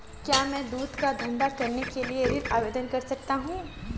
क्या मैं दूध का धंधा करने के लिए ऋण आवेदन कर सकता हूँ?